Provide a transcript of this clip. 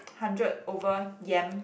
hundred over yam